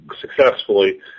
successfully